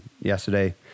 yesterday